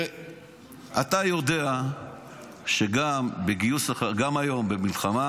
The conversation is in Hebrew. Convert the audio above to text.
אתה יודע שגם היום במלחמה,